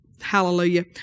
hallelujah